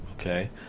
okay